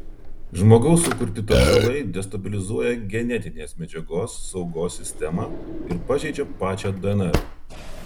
žmogaus sukurti taršalai destabilizuoja genetinės medžiagos saugos sistemą ir pažeidžia pačią dnr